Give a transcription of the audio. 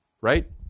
Right